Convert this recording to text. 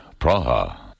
Praha